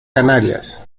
canarias